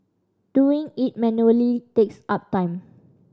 doing it manually takes up time